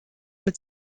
mit